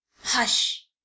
hush